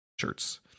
Shirts